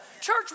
Church